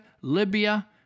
Libya